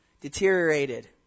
deteriorated